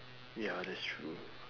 ya that's true